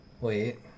Wait